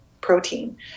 protein